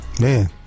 man